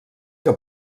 que